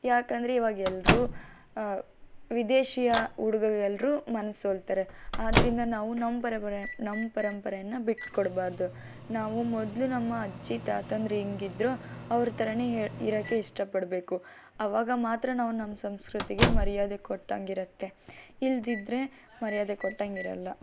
ಯಾಕೆಂದ್ರೆ ಇವಾಗ ಎಲ್ಲರೂ ವಿದೇಶಿಯ ಉಡುಗೆಗೆ ಎಲ್ಲರೂ ಮನಸೋಲ್ತಾರೆ ಆದರಿಂದ ನಾವು ನಮ್ಮ ನಮ್ಮ ಪರಂಪರೆಯನ್ನು ಬಿಟ್ಟುಕೊಡ್ಬಾರ್ದು ನಾವು ಮೊದಲು ನಮ್ಮ ಅಜ್ಜಿ ತಾತಂದ್ರು ಹೆಂಗಿದ್ರು ಅವ್ರ ಥರ ಇರೋಕೆ ಇಷ್ಟಪಡಬೇಕು ಆವಾಗ ಮಾತ್ರ ನಾವು ನಮ್ಮ ಸಂಸ್ಕೃತಿಗೆ ಮರ್ಯಾದೆ ಕೊಟ್ಟಂಗೆ ಇರುತ್ತೆ ಇಲ್ದಿದ್ದರೆ ಮರ್ಯಾದೆ ಕೊಟ್ಟಂಗೆ ಇರೊಲ್ಲ